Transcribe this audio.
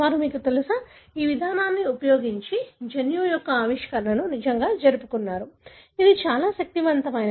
వారు మీకు తెలుసా ఈ విధానాన్ని ఉపయోగించి జన్యువు యొక్క ఆవిష్కరణను నిజంగా జరుపుకున్నారు అది చాలా శక్తివంతమైనది